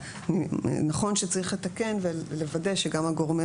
נכון שצריך לתקן ולוודא שגם הגורמים